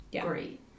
Great